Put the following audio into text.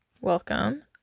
welcome